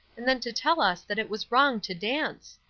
and then to tell us that it was wrong to dance!